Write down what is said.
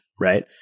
right